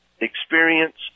experience